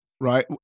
right